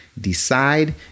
decide